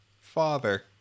father